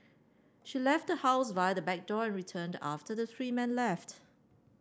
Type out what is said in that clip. she left the house via the back door returned after the three men left